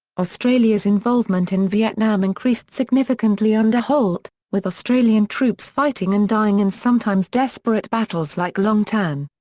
australia's involvement in vietnam increased significantly under holt, with australian troops fighting and dying in sometimes desperate battles like long tan.